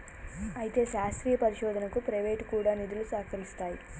అయితే శాస్త్రీయ పరిశోధనకు ప్రైవేటు కూడా నిధులు సహకరిస్తాయి